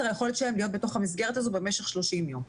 היכולת שלהם להיות בתוך המסגרת הזאת במשך 30 יום.